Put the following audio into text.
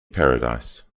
paradise